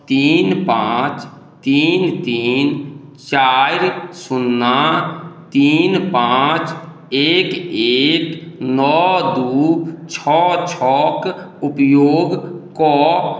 तीन पॉंच तीन तीन चारि सुन्ना तीन पॉंच एक एक नओ दू छओ छओक उपयोग कऽ